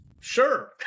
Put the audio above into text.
sure